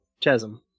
chasm